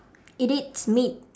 it eats meat